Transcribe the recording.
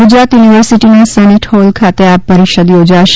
ગુજરાત યુનિવર્સિટીના senate hall ખાતે આ પરિષદ યોજાશે